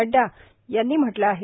नडडा यांनी म्हटल आहे